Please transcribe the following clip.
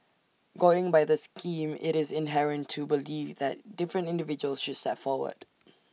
going by the scheme IT is inherent to believe that different individuals should step forward